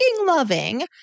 loving